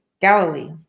Galilee